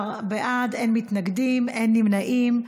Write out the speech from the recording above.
12 בעד, אין מתנגדים ואין נמנעים.